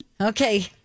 Okay